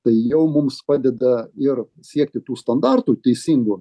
tai jau mums padeda ir siekti tų standartų teisingų